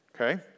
okay